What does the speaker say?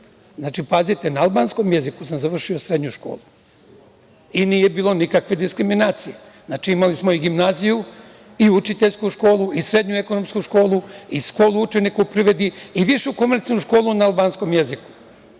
jeziku, na albanskom jeziku sam završio srednju školu. Nije bilo nikakve diskriminacije. Imali smo i gimnaziju i učiteljsku školu i srednju ekonomsku školu i školu učenika u privredi i višu komercijalnu školu na albanskom jeziku.